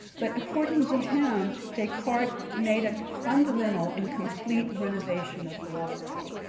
but according to him, descartes made a fundamental and complete renovation of philosophy.